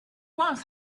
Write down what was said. was